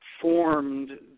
formed